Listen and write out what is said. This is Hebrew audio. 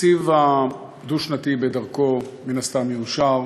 התקציב הדו-שנתי, בדרכו, מן הסתם יאושר,